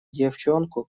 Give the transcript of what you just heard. девчонку